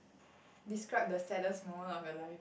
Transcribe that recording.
describe the saddest moment of your life